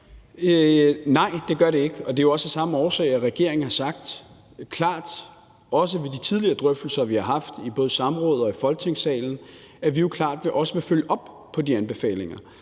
Nej, det gør det ikke. Det er jo også af samme årsag, at regeringen klart har sagt, også ved de tidligere drøftelser, vi har haft, i både samråd og i Folketingssalen, at vi klart vil følge op på de anbefalinger.